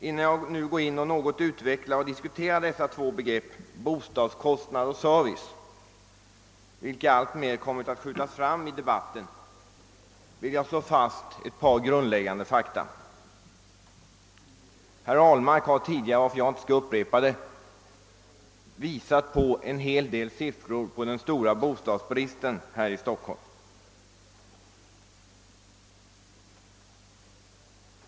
Innan jag utvecklar dessa två begrepp, bostadskostnad och service, vilka alltmer har kom mit att skjutas fram i debatten, vill jag slå fast några grundläggande fakta. Herr Ahlmark har tidigare — jag skall inte upprepa det — angivit en hel del siffror för den stora bostadsbristen här i Stockholm.